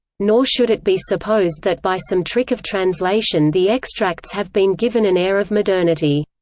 nor should it be supposed that by some trick of translation the extracts have been given an air of modernity.